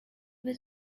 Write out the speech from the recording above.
was